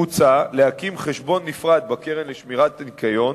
מוצע להקים חשבון נפרד בקרן לשמירת הניקיון,